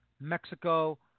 Mexico